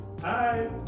Hi